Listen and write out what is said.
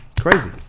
crazy